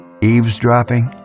Eavesdropping